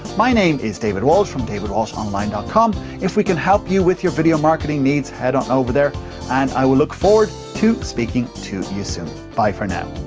my name is david walsh from davidwalshonline ah com. if we can help you with your video marketing needs head on over there and i will look forward to speaking to you soon. bye for now.